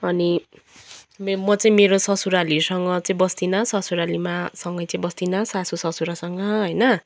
अनि म चाहिँ मेरो ससुरालीहरूसँग चाहिँ बस्दिनँ ससुरालीमा सँगै चाहिँ बस्दिनँ सासु ससुरासँग होइन